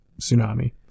tsunami